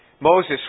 Moses